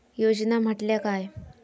योजना म्हटल्या काय?